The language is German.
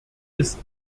ist